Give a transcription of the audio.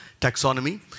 taxonomy